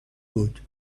بود